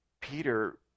Peter